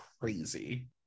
crazy